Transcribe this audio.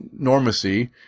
normacy